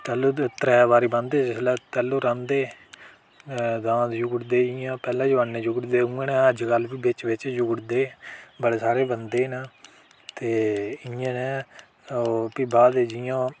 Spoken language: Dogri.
पैह्ला त्रै बारी बांह्दे जिसलै पैह्ला रांह्दे दांद जुगड़दे जियां पैह्ला जमाने जुगड़दे होङ अज्जकल बी बिच्च बिच्च जुगड़दे बड़े सारे बंदे न ते इ'नें ओह् फ्ही बाद बिच्च जियां ओह्